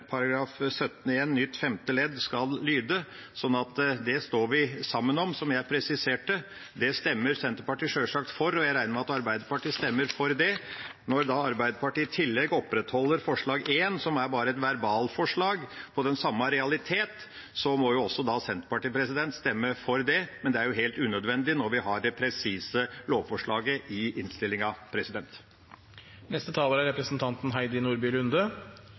nytt femte ledd skal lyde:» – så det står vi sammen om. Som jeg presiserte: Det stemmer Senterpartiet sjølsagt for, og jeg regner med at Arbeiderpartiet stemmer for det. Når da Arbeiderpartiet i tillegg opprettholder forslag nr. 1, som bare er et verbalforslag på den samme realitet, må også Senterpartiet stemme for det, men det er jo helt unødvendig når vi har det presise lovforslaget i innstillinga. I denne debatten tror jeg det er